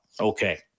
Okay